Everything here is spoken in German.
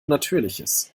natürliches